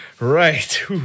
Right